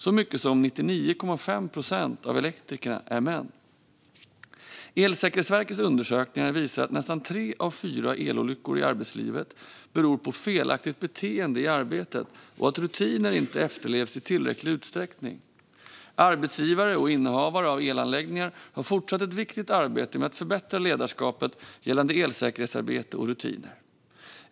Så mycket som 99,5 procent av elektrikerna är män. Elsäkerhetsverkets undersökningar visar att nästan tre av fyra elolyckor i arbetslivet beror på felaktigt beteende i arbetet och att rutiner inte efterlevs i tillräcklig utsträckning. Arbetsgivare och innehavare av elanläggningar har ett viktigt arbete med att fortsätta förbättra ledarskapet gällande elsäkerhetsarbete och rutiner.